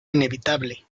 inevitable